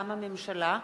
מטעם הממשלה,